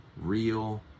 real